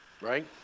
Right